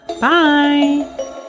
Bye